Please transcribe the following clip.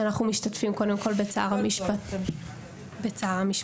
שאנחנו משתתפים בצער המשפחות.